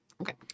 Okay